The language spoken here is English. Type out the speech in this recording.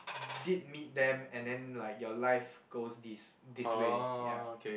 did meet them and then like your life goes this this way ya